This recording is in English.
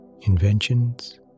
inventions